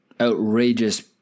outrageous